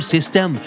System